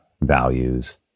values